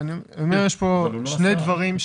יש פה שני דברים,